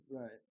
right